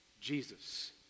Jesus